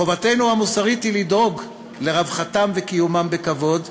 חובתנו המוסרית היא לדאוג לרווחתם ולקיומם בכבוד.